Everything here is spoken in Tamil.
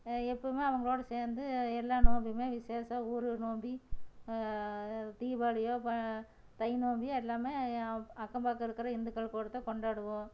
எப்போவுமே அவங்களோட சேர்ந்து எல்லா நோம்புமே விசேசம் ஊர் நோம்பி தீபாளியோ பா தை நோம்பி எல்லாமே அக்கம் பக்கம் இருக்கிற இந்துக்கள்கூடத்தான் கொண்டாடுவோம்